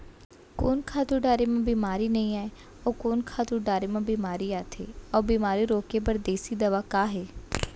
कोन खातू डारे म बेमारी नई आये, अऊ कोन खातू म बेमारी आथे अऊ बेमारी रोके बर देसी दवा का हे?